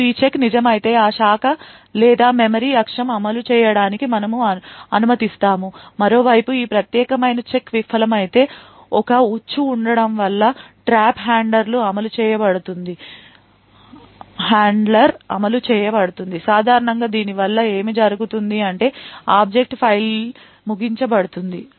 ఇప్పుడు ఈ చెక్ నిజమైతే ఆ శాఖ లేదా మెమరీ అక్షం అమలు చేయడానికి మనము అనుమతిస్తాము మరోవైపు ఈ ప్రత్యేకమైన చెక్ విఫలమైతే ఒక ఉచ్చు ఉండటం వల్ల trap handler అమలు చేయబడుతుంది సాధారణంగా దీని వల్ల ఏమి జరుగుతుంది అంటే ఆబ్జెక్ట్ ఫైల్ ముగించ బడుతుంది